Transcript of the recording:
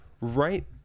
right